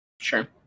Sure